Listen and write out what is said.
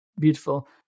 beautiful